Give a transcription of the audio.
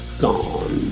gone